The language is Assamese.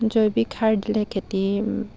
জৈৱিক সাৰ দিলে খেতি